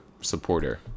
Supporter